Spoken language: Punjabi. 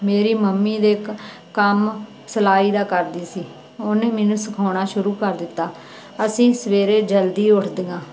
ਮੇਰੀ ਮੰਮੀ ਦੇ ਕ ਕੰਮ ਸਿਲਾਈ ਦਾ ਕਰਦੀ ਸੀ ਉਹਨੇ ਮੈਨੂੰ ਸਿਖਾਉਣਾ ਸ਼ੁਰੂ ਕਰ ਦਿੱਤਾ ਅਸੀਂ ਸਵੇਰੇ ਜਲਦੀ ਉੱਠਦੀਆਂ